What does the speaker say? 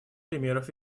примеров